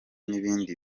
n’ibindi